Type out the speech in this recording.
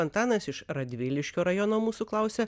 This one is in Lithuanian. antanas iš radviliškio rajono mūsų klausia